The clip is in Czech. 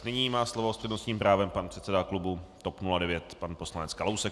Nyní má slovo s přednostním právem pan předseda klubu TOP 09 pan poslanec Kalousek.